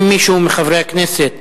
אם מישהו מחברי הכנסת